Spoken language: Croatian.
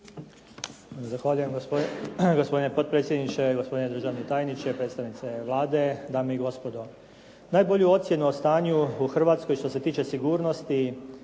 Zahvaljujem. Gospodine potpredsjedniče, gospodine državni tajniče, predstavnici Vlade, dame i gospodo. Najbolju ocjenu o stanju u Hrvatskoj što se tiče sigurnosti